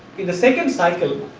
in the second cycle